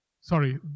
Sorry